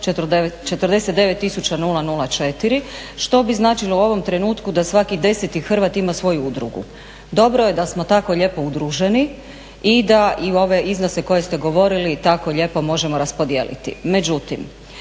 49,004 što bi značilo u ovom trenutku da svaki 10. Hrvat ima svoju udrugu. Dobro je da smo tako lijepo udruženi i da ove iznose o kojima ste govorili tako lijepo možemo raspodijeliti.